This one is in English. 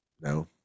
no